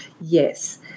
Yes